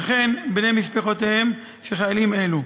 וכן בני משפחותיהם של חיילים אלו.